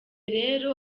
rero